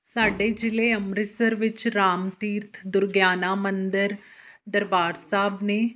ਸਾਡੇ ਜਿਲ੍ਹੇ ਅੰਮ੍ਰਿਤਸਰ ਵਿੱਚ ਰਾਮ ਤੀਰਥ ਦੁਰਗਿਆਣਾ ਮੰਦਰ ਦਰਬਾਰ ਸਾਹਿਬ ਨੇ